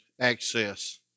access